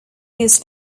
used